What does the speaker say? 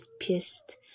pissed